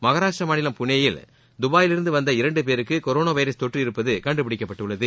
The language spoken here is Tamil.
மகாராஷ்டிர மாநிலம் புனேயில் துபாயிலிருந்து வந்த இரண்டு பேருக்கு கொரோனா வைரஸ் தொற்று இருப்பது கண்டுபிடிக்கப்பட்டுள்ளது